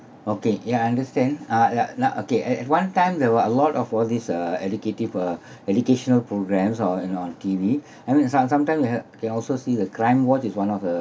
okay ya I understand uh uh now okay at at one time there were a lot of all these uh educative uh educational programmes or in on T_V I mean some sometime we had they also see the crimewatch is one of the